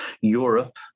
Europe